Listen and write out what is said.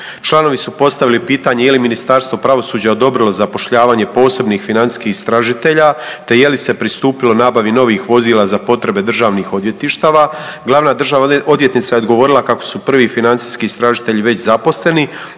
Članovi su postavili je li Ministarstvo pravosuđa odobrilo zapošljavanje posebnih financijskih istražitelja, te je li se pristupilo nabavi novih vozila za potrebe Državnih odvjetništava? Glavna državna odvjetnica je odgovorila kako su prvi financijski istražitelji već zaposleni,